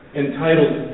entitled